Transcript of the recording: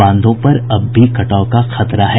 बांधों पर अब भी कटाव का खतरा है